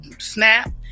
snap